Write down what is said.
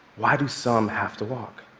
why do some have to walk?